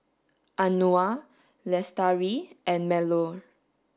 Anuar Lestari and Melur